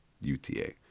UTA